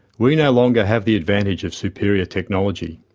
we no longer have the advantage of superior technology.